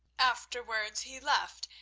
afterwards he left,